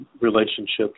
relationships